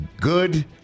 good